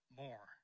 more